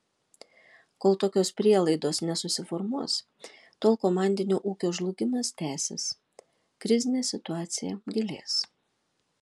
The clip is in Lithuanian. kol tokios prielaidos nesusiformuos tol komandinio ūkio žlugimas tęsis krizinė situacija gilės